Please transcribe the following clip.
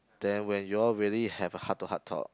then when you all really have a heart to heart talk